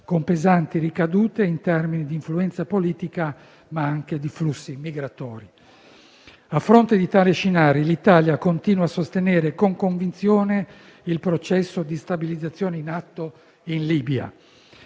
con pesanti ricadute in termini di influenza politica, ma anche di flussi migratori. A fronte di tali scenari, l'Italia continua a sostenere con convinzione il processo di stabilizzazione in atto in Libia.